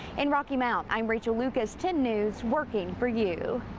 in rocky mount, i'm rachel lucas ten news working for you.